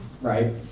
right